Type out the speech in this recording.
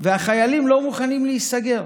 והחיילים לא מוכנים להיסגר.